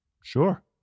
sure